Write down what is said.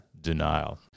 Denial